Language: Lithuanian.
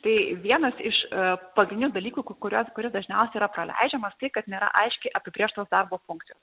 tai vienas iš pagrindinių dalykų kuriuos kuris dažniausiai yra praleidžiamas tai kad nėra aiškiai apibrėžtos darbo funkcijos